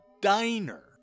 diner